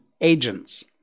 agents